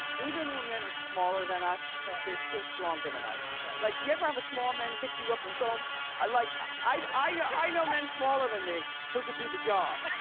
even when men are smaller than us, they're still stronger than us. like, you ever have small man pick you up and throw um em. like i know men smaller than me who could do the job,